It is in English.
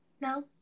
No